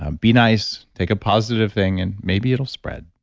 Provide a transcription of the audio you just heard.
um be nice take a positive thing and maybe it'll spread